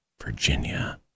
Virginia